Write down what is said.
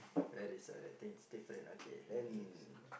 where we saw that things different okay then